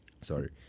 sorry